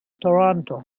toronto